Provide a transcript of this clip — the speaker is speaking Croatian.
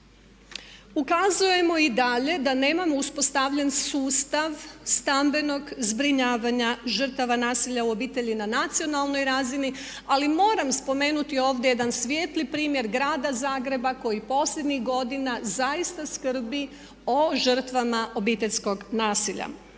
Ukazujemo i dalje da nemamo uspostavljen sustav stambenog zbrinjavanja žrtava nasilja u obitelji i nacionalnoj razini ali moramo spomenuti ovdje jedan svijetli primjer Grada Zagreba koji posljednjih godina zaista skrbi o žrtvama obiteljskog nasilja.